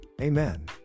amen